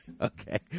Okay